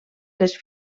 les